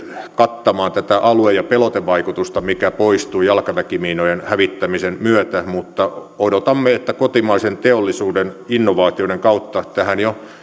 kattamaan tätä alue ja pelotevaikutusta mikä poistui jalkaväkimiinojen hävittämisen myötä mutta odotamme että kotimaisen teollisuuden innovaatioiden kautta tähän jo